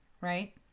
right